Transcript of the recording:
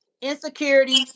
Insecurity